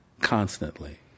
constantly